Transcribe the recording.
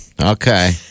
Okay